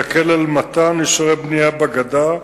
מתן אישורי בנייה בגדה,